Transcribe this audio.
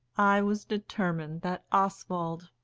i was determined that oswald,